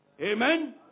Amen